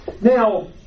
Now